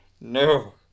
no